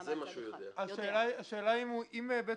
אז רגע, אני אקרא מהתחלה.